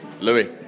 Louis